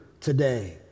today